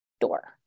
door